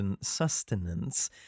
sustenance